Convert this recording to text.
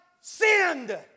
sinned